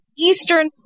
eastern